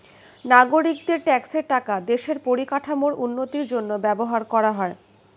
নাগরিকদের ট্যাক্সের টাকা দেশের পরিকাঠামোর উন্নতির জন্য ব্যবহার করা হয়